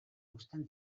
uzten